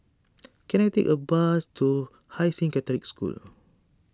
can I take a bus to Hai Sing Catholic School